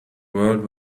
world